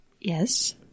Yes